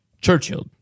Churchill